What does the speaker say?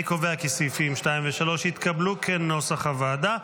אני קובע כי סעיפים 2 ו-3 התקבלו כנוסח הוועדה.